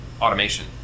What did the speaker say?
automation